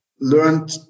learned